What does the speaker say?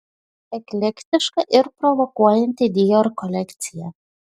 eklektiška ir provokuojanti dior kolekcija